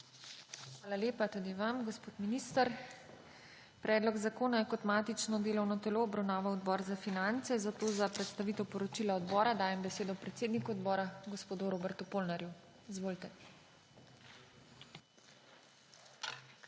Hvala lepa tudi vam, gospod minister. Predlog zakona je kot matično delovno telo obravnaval Odbor za finance, zato za predstavitev poročila odbora dajem besedo predsedniku odbora gospodu Robertu Polnarju. Izvolite.